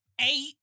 eight